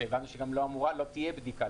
שהבנו שגם לא תהיה בדיקה,